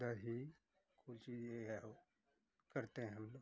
दही कुछ ये है वो जो करते हैं हम लोग